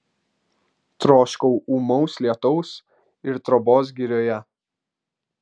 troškau ūmaus lietaus ir trobos girioje